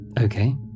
Okay